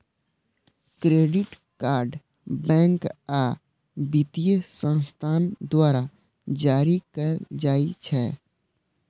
credit card bank आ वित्तीय संस्थान द्वारा जारी कैल जाइ छै